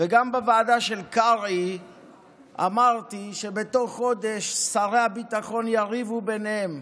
וגם בוועדה של קרעי אמרתי שבתוך חודש שרי הביטחון יריבו ביניהם.